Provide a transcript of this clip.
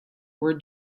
were